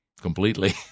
completely